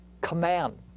command